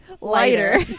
lighter